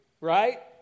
right